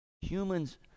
humans